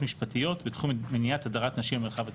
משפטיות בתחום מניעת הדרת נשים מהמרחב הציבורי.